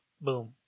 boom